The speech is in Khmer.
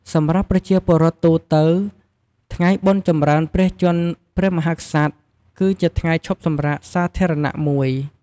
សម្រាប់ប្រជាពលរដ្ឋទូទៅ ថ្ងៃបុណ្យចម្រើនព្រះជន្មព្រះមហាក្សត្រ គឺជាថ្ងៃឈប់សម្រាកសាធារណៈមួយ។